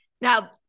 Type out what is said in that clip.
Now